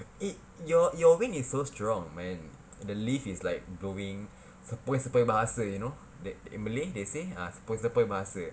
eh your your wind is so strong man the leaf is like blowing sepoi-sepoi bahasa you know that in malay they say sepoi-sepoi bahasa